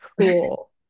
cool